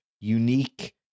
unique